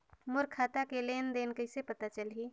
मोर खाता के लेन देन कइसे पता चलही?